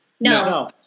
No